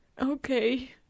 Okay